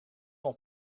ont